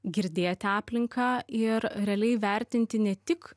girdėti aplinką ir realiai vertinti ne tik